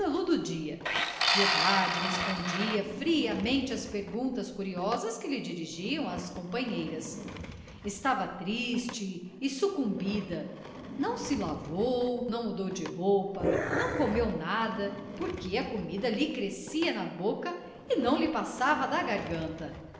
do dia piedade respondia friamente às perguntas curiosas que lhe dirigiam as companheiras estava triste e sucumbida não se lavou não mudou de roupa não comeu nada porque a comida lhe crescia na boca e não lhe passava da garganta